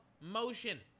motion